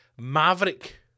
maverick